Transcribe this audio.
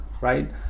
right